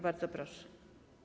Bardzo proszę.